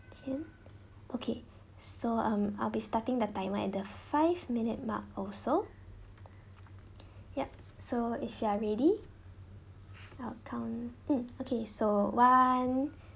can okay so um I'll be starting the timer at the five minute mark also yup so if you are ready I'll count um okay so one